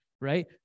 right